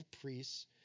priests